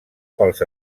pels